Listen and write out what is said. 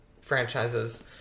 franchises